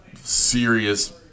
serious